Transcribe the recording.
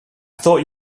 thought